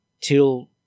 till